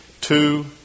two